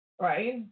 Right